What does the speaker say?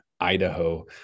Idaho